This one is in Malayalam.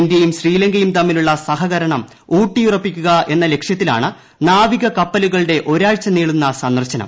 ഇന്ത്യയും ശ്രീലങ്കയും തമ്മിലുള്ള സഹകരണം ഊട്ടിയുറപ്പിക്കുക എന്ന ലക്ഷ്യത്തിലാണ് നാവിക കപ്പലുകളുടെ ഒരാഴ്ച നീളുന്ന സന്ദർശനം